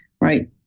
right